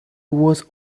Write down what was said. was